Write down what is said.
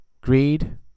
Greed